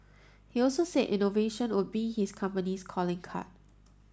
he also said innovation would be his company's calling card